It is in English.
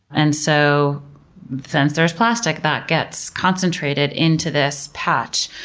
and so since there's plastic, that gets concentrated into this patch.